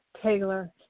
Taylor